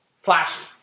flashy